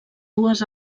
dues